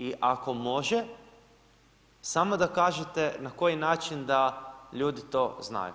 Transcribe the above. I ako može, samo da kažete na koji način da ljudi to znaju.